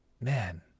man